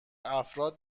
افراد